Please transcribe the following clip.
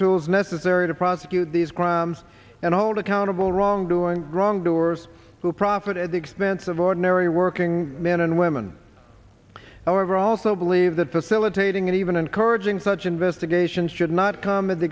tools necessary to prosecute these crimes and hold accountable wrongdoing wrongdoers who profit at the expense of ordinary working men and women however i also believe that facilitating and even encouraging such investigations should not come